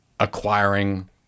acquiring